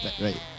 right